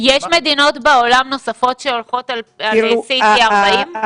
יש מדינות נוספות בעולם שהולכות על CT 40?